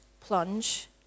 plunge